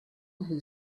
who